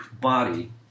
body